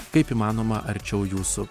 kaip įmanoma arčiau jūsų